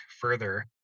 further